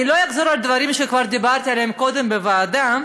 אני לא אחזור על דברים שכבר דיברתי עליהם קודם בוועדה,